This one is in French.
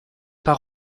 pas